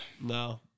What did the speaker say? No